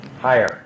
Higher